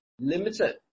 limited